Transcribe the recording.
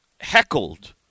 heckled